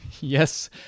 Yes